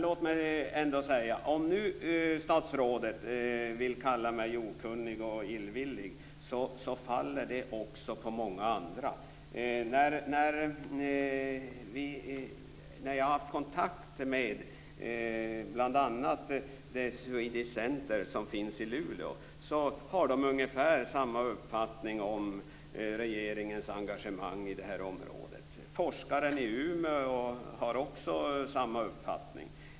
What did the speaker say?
Låt mig ändå säga att om statsrådet nu vill kalla mig okunnig och illvillig så faller detta omdöme också på många andra. Jag har haft kontakter med bl.a. Swedish Center i Luleå. Där har man ungefär samma uppfattning om regeringens engagemang i detta område. Forskare i Umeå har också samma uppfattning.